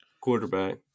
quarterback